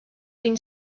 been